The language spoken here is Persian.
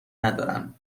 ندارن